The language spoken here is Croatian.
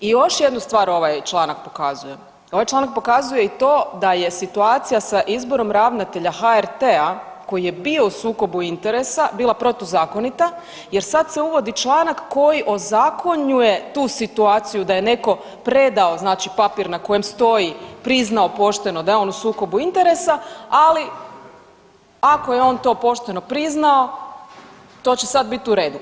I još jednu stvar ovaj članak pokazuje, ovaj članak pokazuje i to da je situacija sa izborom ravnatelja HRT-a koji je bio u sukobu interesa bila protuzakonita jer se sad uvodi članak koji ozakonjuje tu situaciju da je netko predao papir na kojem stoji priznao pošteno da je on u sukobu interesa, ali ako je on to pošteno priznao to će sad biti u redu.